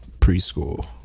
preschool